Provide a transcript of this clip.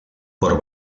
por